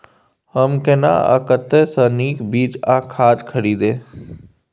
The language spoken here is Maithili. हम केना आ कतय स नीक बीज आ खाद खरीदे?